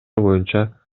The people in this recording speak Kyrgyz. боюнча